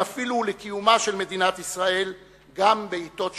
אפילו לקיומה של מדינת ישראל גם בעתות שלום,